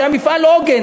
שהיה מפעל עוגן,